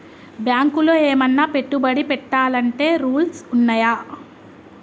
బ్యాంకులో ఏమన్నా పెట్టుబడి పెట్టాలంటే రూల్స్ ఉన్నయా?